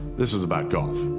this is about golf,